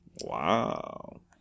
Wow